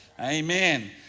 Amen